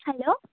hello